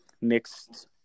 mixed